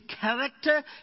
character